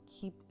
keep